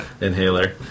inhaler